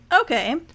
Okay